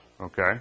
Okay